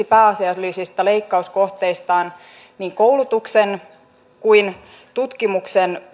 pääasiallisiksi leikkauskohteikseen niin koulutuksen kuin tutkimuksen